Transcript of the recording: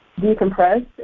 decompress